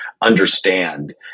understand